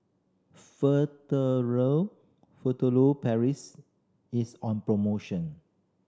Furtere Paris is on promotion